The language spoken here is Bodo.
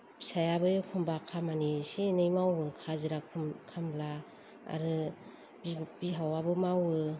फिसायाबो एखम्बा खामानि इसे एनै मावो हाजिर खामला आरो बिहावाबो मावो